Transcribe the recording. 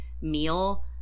meal